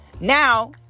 now